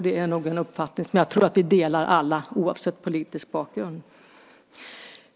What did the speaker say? Det är en uppfattning som jag tror att vi alla delar oavsett politisk bakgrund.